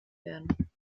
werden